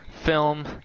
film